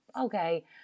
okay